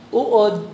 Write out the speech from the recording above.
uod